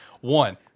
One